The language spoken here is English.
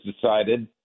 decided